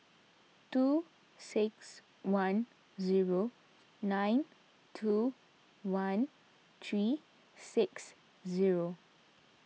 two six one zero nine two one three six zero